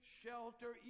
shelter